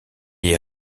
est